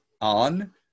on